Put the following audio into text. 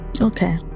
Okay